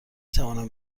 توانم